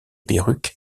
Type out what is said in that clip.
perruque